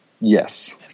Yes